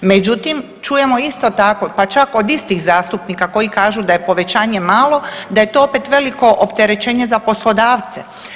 Međutim, čujemo isto tako pa čak od istih zastupnika koji kažu da je povećanje malo, da je to opet veliko opterećenje za poslodavce.